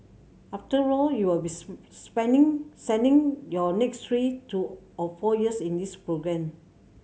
after all you will be spending sending your next three to or four years in this programme